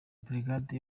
brigade